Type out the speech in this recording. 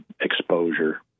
exposure